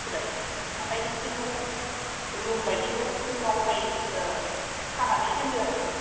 मिथिबाय आमफाय मोनसे न रुमबायदि न सिंआवहाय खानानै दोनदो आरो